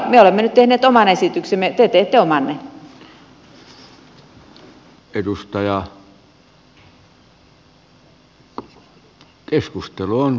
me olemme nyt tehneet oman esityksemme te teette omanne